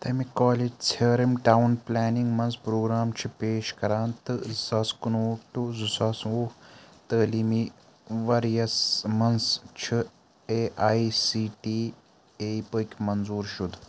تَمہِ کالٕچ ژھار یِم ٹاوُن پُلینِنٛگ مَنٛز پروگرام چھِ پیش کران تہٕ زٕ ساس کُنوُہ ٹُو زٕ ساس وُہ تعلیٖمی ؤرۍ یَس مَنٛز چھُ A I C T E یِک منظوٗر شُدٕ